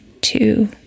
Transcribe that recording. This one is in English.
two